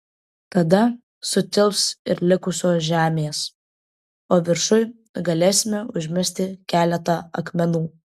tada sutilps ir likusios žemės o viršuj galėsime užmesti keletą akmenų